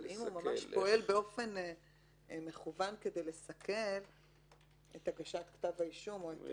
אבל אם הוא ממש פועל באופן מכוון כדי לסכל את הגשת כתב האישום או את